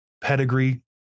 pedigree